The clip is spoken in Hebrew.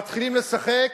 מתחילים לשחק